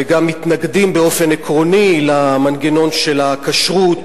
וגם מתנגדים באופן עקרוני למנגנון של הכשרות